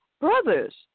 brothers